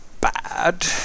bad